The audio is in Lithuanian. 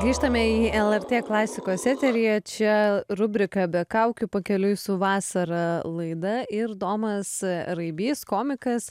grįžtame į lrt klasikos eterį čia rubrika be kaukių pakeliui su vasara laida ir domas raibys komikas